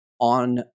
on